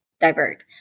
divert